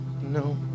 No